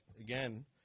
again